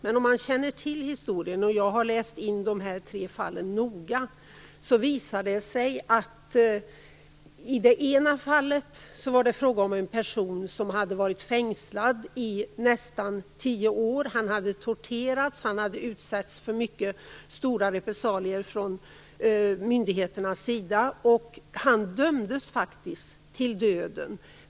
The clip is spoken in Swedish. Men om man känner till historien - jag har noga läst in mig på de här fallen - visar det sig att det i det ena fallet är fråga om en person som hade varit fängslad i nästan 10 år. Han hade torterats och utsatts för mycket starka repressalier från myndigheternas sida. Han dömdes faktiskt till döden.